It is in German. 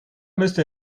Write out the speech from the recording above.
müsste